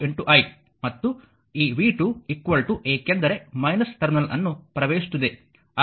ಮತ್ತು ಈ v2 ಏಕೆಂದರೆ ಟರ್ಮಿನಲ್ ಅನ್ನು ಪ್ರವೇಶಿಸುತ್ತಿದೆ